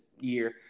year